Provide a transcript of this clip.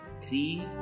three